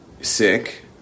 sick